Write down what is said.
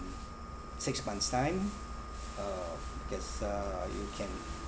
six months time uh guess uh you can